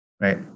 right